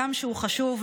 הגם שהוא חשוב,